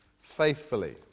faithfully